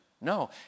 No